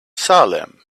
salem